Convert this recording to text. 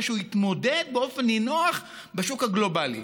שהוא יתמודד באופן נינוח בשוק הגלובלי.